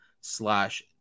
slash